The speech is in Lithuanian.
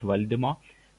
valdymo